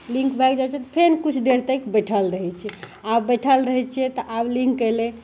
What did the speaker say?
link भागि जाइ छै तऽ फेर किछु देर तक बैठल रहै छिए आब बैठल रहै छिए तऽ आब लिन्क अएलै